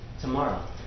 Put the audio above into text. tomorrow